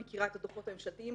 אני מכירה את הדוחות הממשלתיים